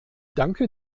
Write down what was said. danke